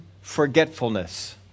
forgetfulness